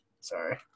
sorry